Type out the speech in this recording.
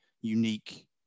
unique